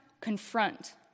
confront